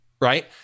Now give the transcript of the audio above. right